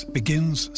begins